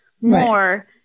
more